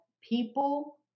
people